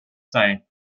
sighed